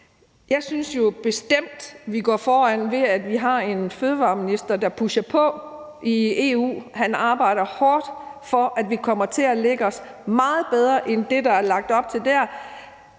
Jeg synes jo bestemt, vi går foran, ved at vi har en fødevareminister, der pusher på i EU. Han arbejder hårdt for, at vi kommer til at lægge os meget bedre end det, der er lagt op til der